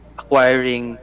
acquiring